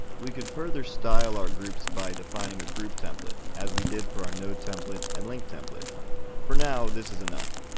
we could further style our groups by defining a grouptemplate, as we did for our nodetemplate and linktemplate. for now, this is enough.